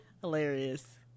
Hilarious